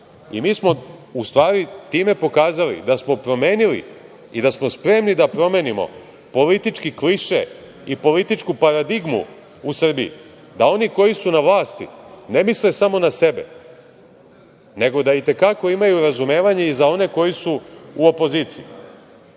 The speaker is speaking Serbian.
Mi smo u stvari time pokazali da smo promenili i da smo spremni da promenimo politički kliše i političku paradigmu u Srbiji, da oni koji su na vlasti ne misle samo na sebe, nego da i te kako imaju razumevanje i za one koji su u opoziciji. Kao